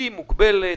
היא מוגבלת.